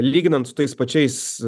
lyginant su tais pačiais